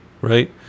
right